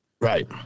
Right